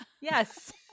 Yes